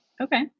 Okay